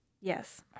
Yes